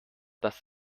das